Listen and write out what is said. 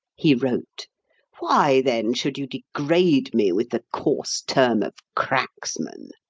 he wrote why, then, should you degrade me with the coarse term of cracksman?